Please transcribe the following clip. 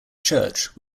church